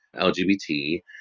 LGBT